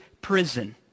prison